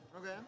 Okay